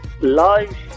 Live